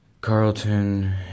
Carlton